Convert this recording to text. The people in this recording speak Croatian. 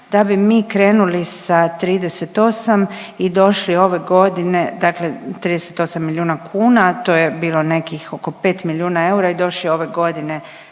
godine dakle 38 milijuna kuna, to je bilo nekih oko 5 milijuna eura i došli ove godine